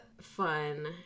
fun